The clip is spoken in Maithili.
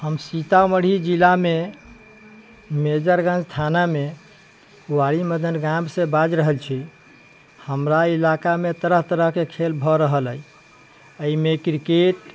हम सीतामढ़ी जिलामे मेजरगञ्ज थानामे वारिमदन गाम से बाजि रहल छी हमरा इलाकामे तरह तरहके खेल भए रहल अइ एहिमे क्रिकेट